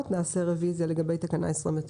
לגבי תקנה 29